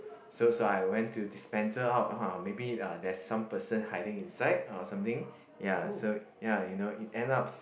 so so I went to dispenser out maybe uh there's some person hiding inside or something ya so ya you know it end ups